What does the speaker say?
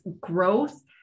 growth